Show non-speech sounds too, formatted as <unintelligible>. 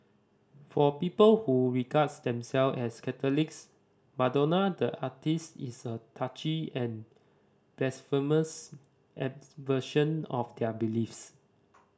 for people who regard themselves as Catholics Madonna the artiste is a touchy and blasphemous <unintelligible> of their beliefs